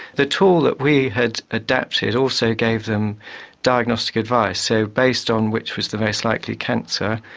the tool that we had adapted also gave them diagnostic advice. so based on which was the most likely cancer,